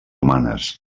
humanes